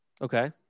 Okay